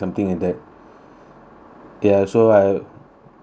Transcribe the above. ya so I